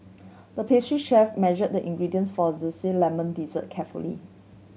the pastry chef measured the ingredients for a zesty lemon dessert carefully